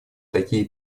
такие